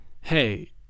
Hey